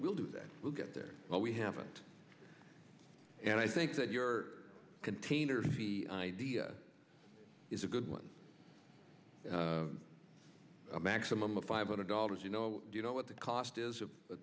we'll do that we'll get there but we haven't and i think that your container the idea is a good one a maximum of five hundred dollars you know you know what the cost is